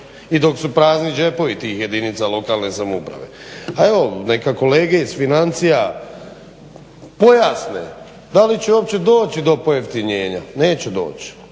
i dok su prazni džepovi tih jedinica lokalne samouprave. A evo neka kolege iz financija pojasne da li će uopće doći do pojeftinjenja. Neće doć?